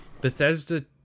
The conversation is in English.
Bethesda